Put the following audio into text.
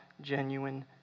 genuine